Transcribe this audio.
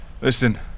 Listen